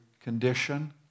condition